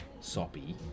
soppy